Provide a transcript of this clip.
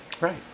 Right